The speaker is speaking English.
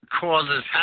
causes